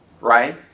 right